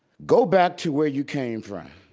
go back to where you came from.